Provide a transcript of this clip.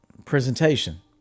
presentation